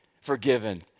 forgiven